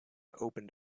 opened